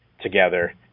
together